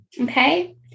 Okay